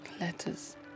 letters